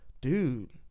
Dude